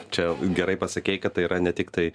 čia gerai pasakei kad tai yra ne tiktai